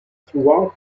throughout